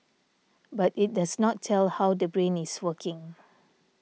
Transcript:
but it does not tell how the brain is working